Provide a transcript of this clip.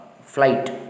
flight